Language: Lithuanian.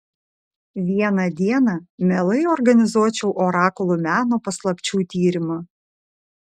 vieną dieną mielai organizuočiau orakulų meno paslapčių tyrimą